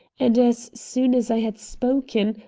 and as soon as i had spoken,